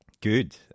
Good